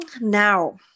now